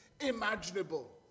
imaginable